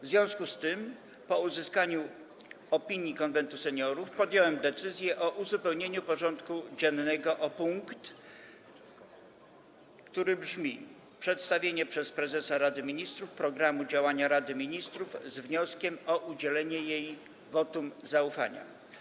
W związku z tym, po uzyskaniu opinii Konwentu Seniorów, podjąłem decyzję o uzupełnieniu porządku dziennego o punkt, który brzmi: Przedstawienie przez prezesa Rady Ministrów programu działania Rady Ministrów z wnioskiem o udzielenie jej wotum zaufania.